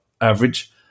average